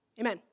Amen